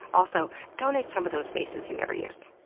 also, donate some of those vases you never use.